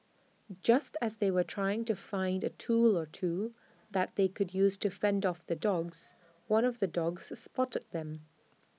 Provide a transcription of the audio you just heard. just as they were trying to find A tool or two that they could use to fend off the dogs one of the dogs spotted them